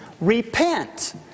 REPENT